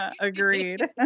agreed